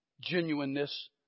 genuineness